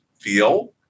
feel